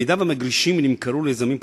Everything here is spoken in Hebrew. אם המגרשים נמכרו ליזמים פרטיים,